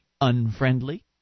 unfriendly